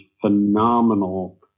phenomenal